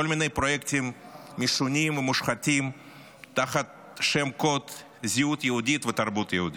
מיני פרויקטים משונים ומושחתים תחת שם קוד "זהות יהודית ותרבות יהודית".